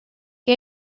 que